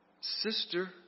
sister